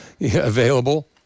available